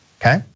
okay